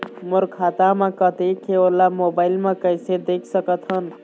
मोर खाता म कतेक हे ओला मोबाइल म कइसे देख सकत हन?